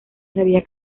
sabía